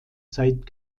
zeit